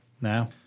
now